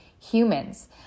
humans